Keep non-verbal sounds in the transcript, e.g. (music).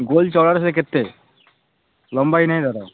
ଗୋଲ (unintelligible) ସେଇଟା କେତେ ଲମ୍ବାଇ ନାହିଁ ତାର